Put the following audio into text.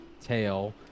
tail